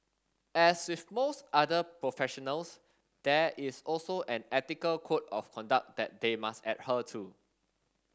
as with most other professionals there is also an ethical code of conduct that they must adhere to